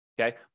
Okay